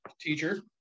teacher